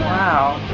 wow.